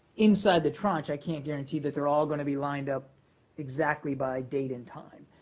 inside the tranche i can't guarantee that they're all going to be lined up exactly by date and time.